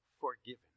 forgiven